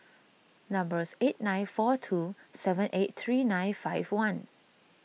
numbers eight nine four two seven eight three nine five one